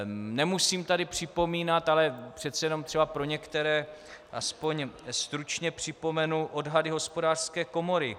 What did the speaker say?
Nemusím tady připomínat, ale přece jenom třeba pro některé aspoň stručně připomenu odhady Hospodářské komory.